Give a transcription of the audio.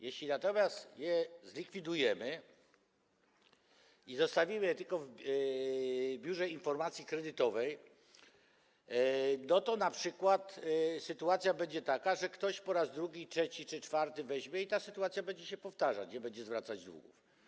Jeśli natomiast je zlikwidujemy i zostawimy je tylko w Biurze Informacji Kredytowej, to np. sytuacja będzie taka, że ktoś po raz drugi, trzeci czy czwarty weźmie pożyczkę i ta sytuacja będzie się powtarzać - nie będzie zwracać długu.